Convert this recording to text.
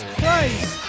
Christ